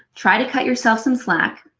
try to cut yourself some slack,